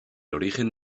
origen